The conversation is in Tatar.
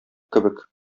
кебек